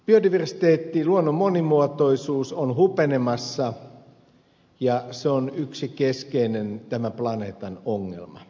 biodiversiteetti luonnon monimuotoisuus on hupenemassa ja se on yksi keskeinen tämän planeetan ongelma